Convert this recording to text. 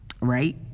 Right